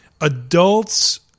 Adults